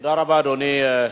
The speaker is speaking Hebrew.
תודה רבה, אדוני.